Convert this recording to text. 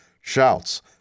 shouts